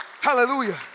Hallelujah